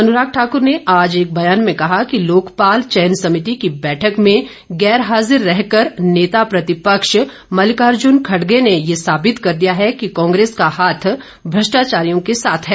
अनुराग ठाकुर ने आज एक बयान में कहा कि लोकपाल चयन समिति की बैठक में गैर हाजिर रहकर नेता प्रतिपक्ष मल्किार्जुन खडगे ने ये साबित कर दिया है कि कांग्रेस का हाथ भ्रष्टाचारियों के साथ है